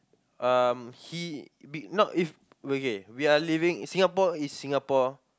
um he be not if okay we are living Singapore is Singapore